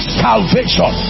salvation